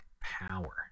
power